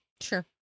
Sure